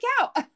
out